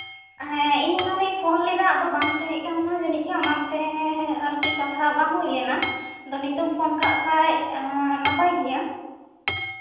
ᱦᱮᱸ ᱤᱧ ᱮᱱᱟᱱ ᱤᱧ ᱯᱷᱳᱱ ᱞᱮᱫᱟ ᱟᱫᱚ ᱵᱟᱢ ᱛᱟᱦᱮᱸ ᱠᱟᱱᱟ ᱡᱟᱹᱱᱤᱡ ᱠᱷᱟᱱ ᱚᱱᱟᱛᱮ ᱟᱨᱠᱤ ᱠᱟᱛᱷᱟ ᱵᱟᱝ ᱦᱩᱭ ᱞᱮᱱᱟ ᱟᱫᱚ ᱱᱤᱛᱚᱜ ᱮᱢ ᱯᱷᱳᱱ ᱠᱟᱜ ᱠᱷᱟᱡ ᱱᱟᱯᱟᱭ ᱜᱮᱭᱟ